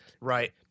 right